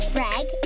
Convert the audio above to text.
Greg